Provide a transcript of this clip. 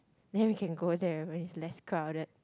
then we can go there when it's less crowded